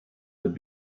would